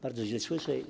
Bardzo źle słyszę.